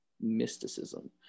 mysticism